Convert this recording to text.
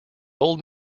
old